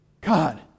God